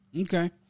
Okay